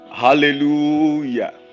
Hallelujah